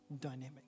dynamic